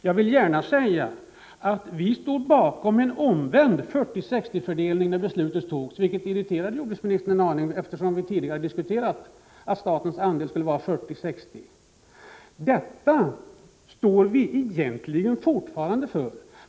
Jag vill gärna säga att vi stod bakom en omvänd 40:60-fördelning när beslutet fattades, vilket irriterade jordbruksministern en aning, eftersom vi tidigare hade diskuterat att statens andel skulle vara 40 96. Detta står vi egentligen fortfarande för.